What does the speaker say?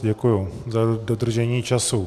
Děkuji za dodržení času.